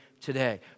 today